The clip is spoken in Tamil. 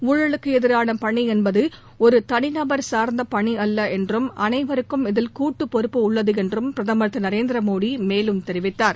ஊழலுக்கு எதிரான பணி என்பது ஒரு தனிநபர் சார்ந்த பணி அல்ல என்றும் அனைவருக்கும் இதில் கூட்டுப் பொறுப்பு உள்ளது என்றும் பிரதமர் திரு நரேந்திர மோடி மேலும் தெரிவித்தார்